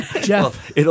Jeff